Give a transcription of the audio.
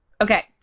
Okay